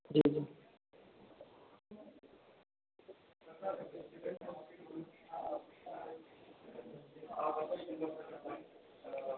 जी जी